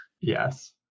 Yes